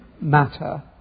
matter